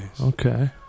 Okay